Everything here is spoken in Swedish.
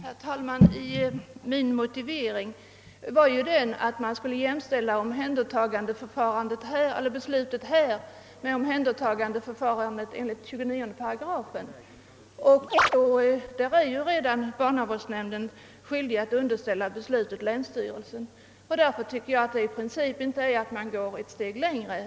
Herr talman! Min motivering var att man skulle jämställa omhändertagandeförfarandet i detta fall med omhändertagandeförfarandet enligt 298. Enligt denna paragraf har barnavårdsnämnderna skyldighet att underställa länsstyrelsen beslutet. Jag tycker därför inte att mitt förslag i princip innebär att man går ett steg längre.